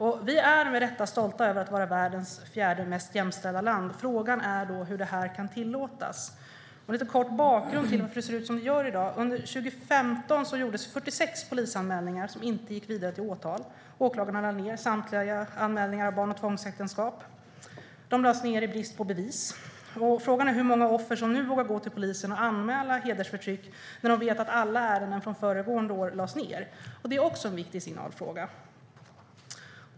Vi är med rätta stolta över att vara världens fjärde mest jämställda land. Frågan är då hur detta kan tillåtas. Jag ska redovisa en kort bakgrund till att det ser ut som det gör i dag. Under 2015 gjordes 46 polisanmälningar som inte gick vidare till åtal. Åklagaren lade ned samtliga anmälningar om barn och tvångsäktenskap. De lades ned i brist på bevis. Frågan är hur många offer som nu vågar gå till polisen och anmäla hedersförtryck när de vet att alla anmälningar från föregående år lades ned. Det är också en viktig signalfråga.